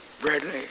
Bradley